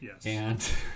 yes